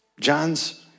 John's